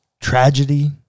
tragedy